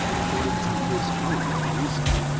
according to his mode of reasoning,